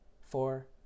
four